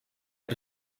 het